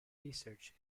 research